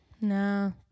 No